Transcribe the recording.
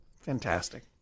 Fantastic